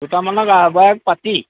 দুটামানক আহ্বায়ক পাতি